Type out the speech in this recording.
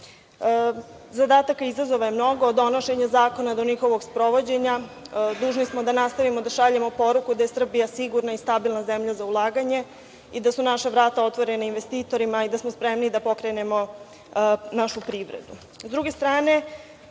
Zadataka i izazova je mnogo, od donošenja zakona do njihovog sprovođenja. Dužni smo da nastavimo da šaljemo poruku da je Srbija sigurna i stabilna zemlja za ulaganje i da su naša vrata otvorena investitorima i da smo spremni da pokrenemo našu privredu.S druge strane,